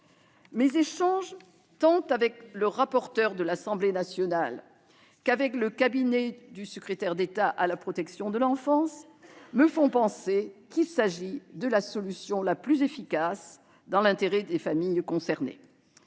Mes échanges tant avec le rapporteur de l'Assemblée nationale qu'avec le cabinet du secrétaire d'État chargé de l'enfance et des familles me font penser qu'il s'agit de la solution la plus efficace dans l'intérêt des familles concernées.